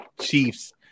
Chiefs